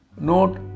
Note